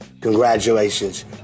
Congratulations